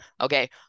Okay